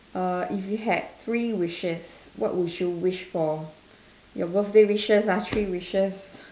err if you had three wishes what would you wish for your birthday wishes ah three wishes